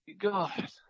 God